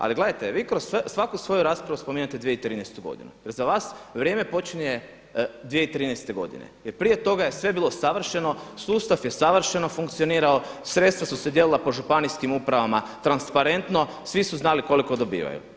Ali gledajte, vi kroz svaku svoju raspravu spominjete 2013. godinu jer za vas vrijeme počinje 2013. godine jer prije toga je sve bilo savršeno, sustav je savršeno funkcionirao, sredstva su se dijelila po županijskim uprava transparentno, svi su znali koliko dobivaju.